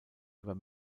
über